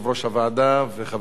וחבר הכנסת בן-סימון,